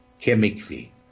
chemically